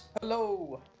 Hello